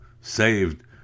saved